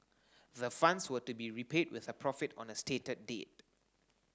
the funds were to be repaid with a profit on a stated date